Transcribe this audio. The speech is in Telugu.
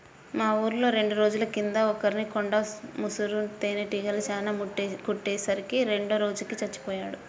మా ఊర్లో రెండు రోజుల కింద ఒకర్ని కొండ ముసురు తేనీగలు చానా కుట్టే సరికి రెండో రోజుకి చచ్చిపొయ్యాడు